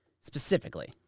specifically